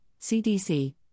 CDC